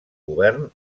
govern